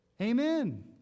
Amen